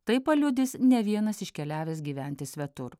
tai paliudys ne vienas iškeliavęs gyventi svetur